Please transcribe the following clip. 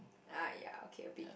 ah ya okay a bit